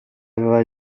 aveva